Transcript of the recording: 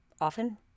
often